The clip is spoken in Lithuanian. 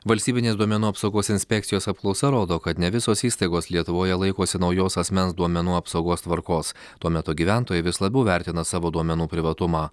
valstybinės duomenų apsaugos inspekcijos apklausa rodo kad ne visos įstaigos lietuvoje laikosi naujos asmens duomenų apsaugos tvarkos tuo metu gyventojai vis labiau vertina savo duomenų privatumą